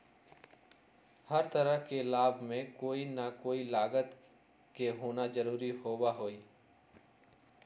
हर तरह के लाभ में कोई ना कोई लागत के होना जरूरी होबा हई